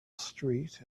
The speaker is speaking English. street